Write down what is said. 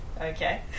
okay